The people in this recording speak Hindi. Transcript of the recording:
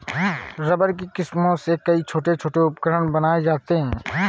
रबर की किस्मों से कई छोटे छोटे उपकरण बनाये जाते हैं